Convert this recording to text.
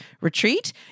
retreat